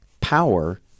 power